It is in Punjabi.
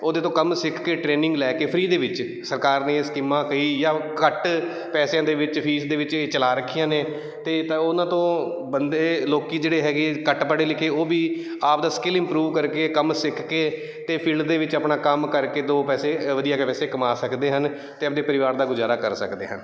ਉਹਦੇ ਤੋਂ ਕੰਮ ਸਿੱਖ ਕੇ ਟ੍ਰੇਨਿੰਗ ਲੈ ਕੇ ਫਰੀ ਦੇ ਵਿੱਚ ਸਰਕਾਰ ਨੇ ਇਹ ਸਕੀਮਾਂ ਕਹੀ ਜਾਂ ਘੱਟ ਪੈਸਿਆਂ ਦੇ ਵਿੱਚ ਫੀਸ ਦੇ ਵਿੱਚ ਇਹ ਚਲਾ ਰੱਖੀਆਂ ਨੇ ਅਤੇ ਤਾਂ ਉਹਨਾਂ ਤੋਂ ਬੰਦੇ ਲੋਕ ਜਿਹੜੇ ਹੈਗੇ ਘੱਟ ਪੜ੍ਹੇ ਲਿਖੇ ਉਹ ਵੀ ਆਪਦਾ ਸਕਿਲ ਇੰਪਰੂਵ ਕਰਕੇ ਕੰਮ ਸਿੱਖ ਕੇ ਅਤੇ ਫੀਲਡ ਦੇ ਵਿੱਚ ਆਪਣਾ ਕੰਮ ਕਰਕੇ ਦੋ ਪੈਸੇ ਵਧੀਆ ਗ ਪੈਸੇ ਕਮਾ ਸਕਦੇ ਹਨ ਅਤੇ ਆਪਦੇ ਪਰਿਵਾਰ ਦਾ ਗੁਜ਼ਾਰਾ ਕਰ ਸਕਦੇ ਹਨ